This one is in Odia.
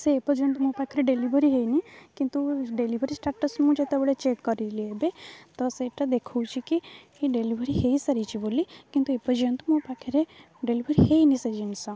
ସେ ଏପର୍ଯ୍ୟନ୍ତ ମୋ ପାଖରେ ଡେଲିଭରି ହେଇନି କିନ୍ତୁ ଡେଲିଭରି ଷ୍ଟାଟସ୍ ମୁଁ ଯେତେବେଳେ ଚେକ୍ କରିଲି ଏବେ ତ ସେଇଟା ଦେଖାଉଛି କି ଡେଲିଭରି ହେଇସାରିଛିି ବୋଲି କିନ୍ତୁ ଏପର୍ଯ୍ୟନ୍ତ ମୋ ପାଖରେ ଡେଲିଭରି ହେଇନି ସେ ଜିନିଷ